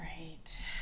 right